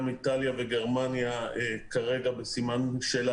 גם איטליה וגרמניה כרגע בסימן שאלה